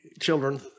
children